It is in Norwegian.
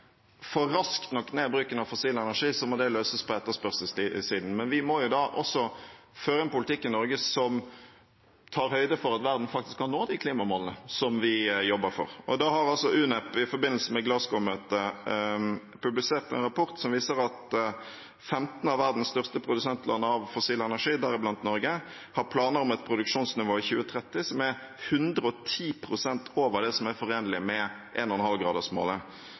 av fossil energi raskt nok ned, må det løses på etterspørselssiden. Men vi må jo da føre en politikk i Norge som tar høyde for at verden faktisk kan nå de klimamålene vi jobber for. FNs programområde for miljø, UNEP, har i forbindelse med Glasgow-møtet publisert en rapport som viser at 15 av verdens største produsentland av fossil energi, deriblant Norge, har planer om et produksjonsnivå i 2030 som er 110 pst. over det som er forenlig med 1,5-gradersmålet. Når det gjelder olje og